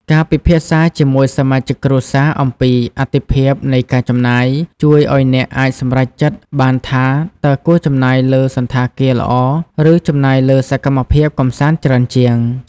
ការពិភាក្សាជាមួយសមាជិកគ្រួសារអំពី "អាទិភាពនៃការចំណាយ" ជួយឱ្យអ្នកអាចសម្រេចចិត្តបានថា តើគួរចំណាយលើសណ្ឋាគារល្អ ឬចំណាយលើសកម្មភាពកម្សាន្តច្រើនជាង។